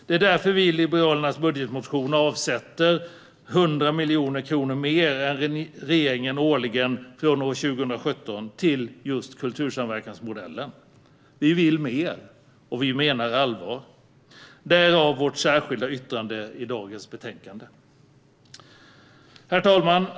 Det är därför vi i Liberalernas budgetmotion avsätter 100 miljoner kronor mer än regeringen till kultursamverkansmodellen, årligen från år 2017. Vi vill mer, och vi menar allvar - därav vårt särskilda yttrande i dagens betänkande. Herr talman!